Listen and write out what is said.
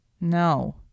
No